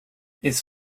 this